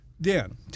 Dan